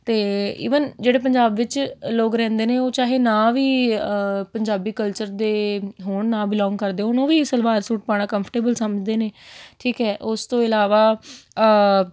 ਅਤੇ ਈਵਨ ਜਿਹੜੇ ਪੰਜਾਬ ਵਿੱਚ ਲੋਕ ਰਹਿੰਦੇ ਨੇ ਉਹ ਚਾਹੇ ਨਾ ਵੀ ਪੰਜਾਬੀ ਕਲਚਰ ਦੇ ਹੋਣ ਨਾ ਬਿਲੋਂਗ ਕਰਦੇ ਹੋਣ ਉਹ ਵੀ ਸਲਵਾਰ ਸੂਟ ਪਾਉਣਾ ਕੰਫਰਟੇਬਲ ਸਮਝਦੇ ਨੇ ਠੀਕ ਹੈ ਉਸ ਤੋਂ ਇਲਾਵਾ